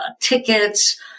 tickets